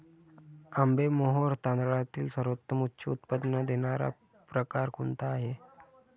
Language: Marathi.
आंबेमोहोर तांदळातील सर्वोत्तम उच्च उत्पन्न देणारा प्रकार कोणता आहे?